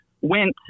went